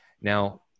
Now